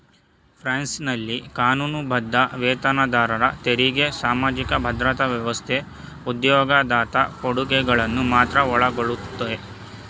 ಫ್ರಾನ್ಸ್ನಲ್ಲಿ ಕಾನೂನುಬದ್ಧ ವೇತನದಾರರ ತೆರಿಗೆ ಸಾಮಾಜಿಕ ಭದ್ರತಾ ವ್ಯವಸ್ಥೆ ಉದ್ಯೋಗದಾತ ಕೊಡುಗೆಗಳನ್ನ ಮಾತ್ರ ಒಳಗೊಳ್ಳುತ್ತೆ